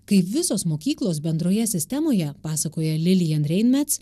kai visos mokyklos bendroje sistemoje pasakoja lilijan reinmets